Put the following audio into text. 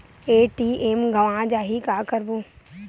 ATM गवां जाहि का करबो?